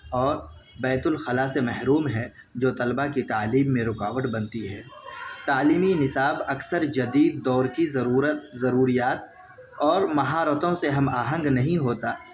اور بیت الخلا سے محروم ہے جو طلبا کی تعلیم میں رکاوٹ بنتی ہے تعلیمی نصاب اکثر جدید دور کی ضرورت ضروریات اور مہارتوں سے ہم آہنگ نہیں ہوتا